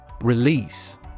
Release